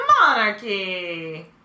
monarchy